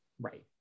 Right